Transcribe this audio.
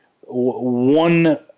one